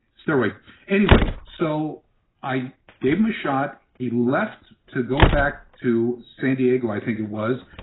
steroid anyway, so i gave him a shot. he left to go back to san diego, i think it was.